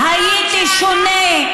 כשאת אמרת